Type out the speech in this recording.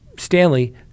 Stanley